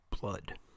Blood